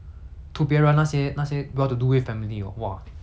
你要什么 !wah! 你要什么 I want this